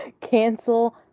cancel